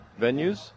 venues